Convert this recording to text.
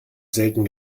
selten